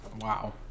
Wow